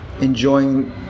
enjoying